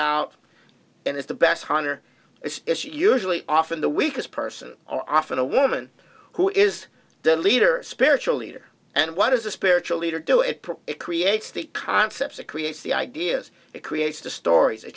out and it's the best hunter it's usually often the weakest person often a woman who is the leader spiritual leader and what is a spiritual leader do it it creates the concepts it creates the ideas it creates the stories th